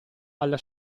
alla